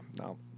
no